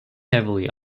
heavily